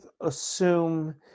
assume